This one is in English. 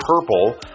purple